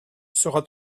sera